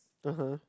(uh huh)